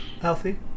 healthy